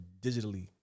digitally